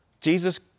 Jesus